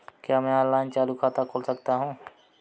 क्या मैं ऑनलाइन चालू खाता खोल सकता हूँ?